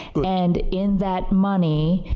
and, in that money,